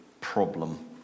problem